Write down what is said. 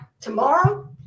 tomorrow